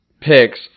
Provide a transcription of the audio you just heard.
picks